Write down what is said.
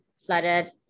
flooded